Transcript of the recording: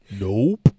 Nope